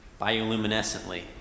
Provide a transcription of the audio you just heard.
bioluminescently